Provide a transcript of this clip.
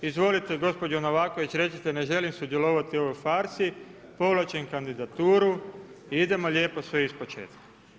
Izvolite gospođo Novaković recite ne želim sudjelovati u ovoj farsi, povlačim kandidaturu i idemo lijepo sve ispočetka.